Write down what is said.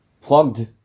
plugged